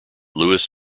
lewis